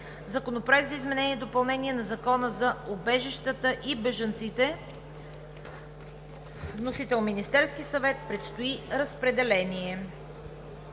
Законопроект за изменение и допълнение на Закона за убежищата и бежанците. Вносител е Министерският съвет. Предстои разпределение.